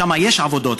שם יש עבודות,